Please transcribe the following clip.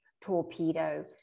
torpedo